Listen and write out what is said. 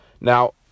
Now